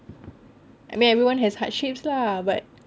I mean everyone has hardships lah but